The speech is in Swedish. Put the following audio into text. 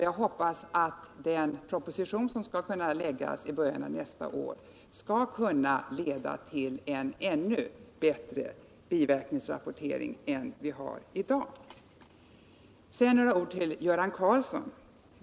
Jag hoppas att den proposition som skall kunna läggas fram i början av nästa år kommer att leda till en ännu bättre biverkningsrapportering än den vi har i dag. Sedan några ord till Göran Karlsson.